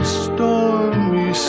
stormy